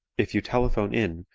if you telephone in,